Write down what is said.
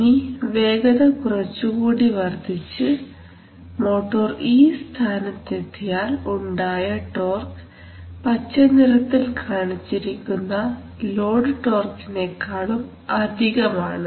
ഇനി വേഗത കുറച്ചുകൂടി വർദ്ധിച്ചു മോട്ടോർ ഈ സ്ഥാനത്തെത്തിയാൽ ഉണ്ടായ ടോർഘ് പച്ചനിറത്തിൽ കാണിച്ചിരിക്കുന്ന ലോഡ് ടോർഘിനെക്കാളും അധികമാണ്